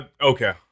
Okay